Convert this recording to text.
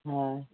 হ্যাঁ